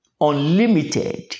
unlimited